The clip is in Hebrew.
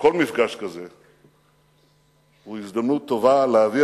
כל מפגש כזה הוא הזדמנות טובה להביע